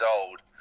old